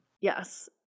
Yes